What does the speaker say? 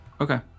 Okay